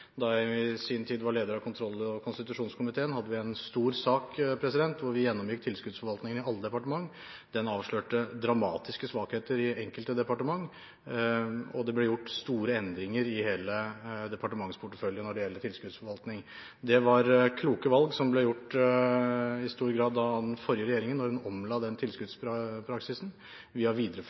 Da jeg i sin tid var leder av kontroll- og konstitusjonskomiteen, hadde vi en stor sak hvor vi gjennomgikk tilskuddsforvaltningen i alle departement. Den avslørte dramatiske svakheter i enkelte departement, og det ble gjort store endringer i hele departementsporteføljen når det gjelder tilskuddsforvaltning. Det var kloke valg som i stor grad ble gjort av den forrige regjeringen da en la om tilskuddspraksisen. Vi har videreført